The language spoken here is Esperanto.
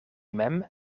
mem